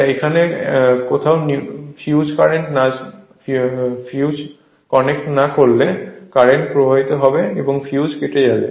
তাই এখানে কোথাও ফিউজ কানেক্ট না করলে কারেন্ট প্রবাহিত হবে এবং ফিউজ কেটে যাবে